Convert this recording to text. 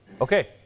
Okay